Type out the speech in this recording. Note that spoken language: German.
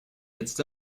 jetzt